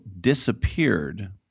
disappeared